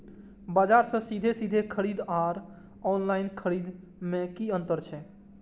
बजार से सीधे सीधे खरीद आर ऑनलाइन खरीद में की अंतर छै?